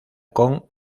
con